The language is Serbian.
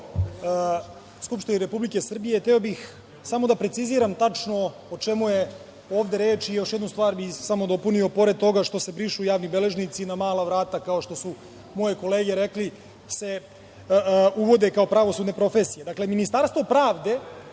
Skupštini Republike Srbije, hteo bih samo da preciziram tačno o čemu je ovde reč i još jednu stvar bih samo dopunio, pored toga što se brišu javni beležnici na mala vrata, kao što su moje kolege rekli, se uvode kao pravosudne profesije. Dakle, Ministarstvo pravde